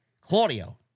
Claudio